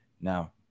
Now